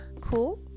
cool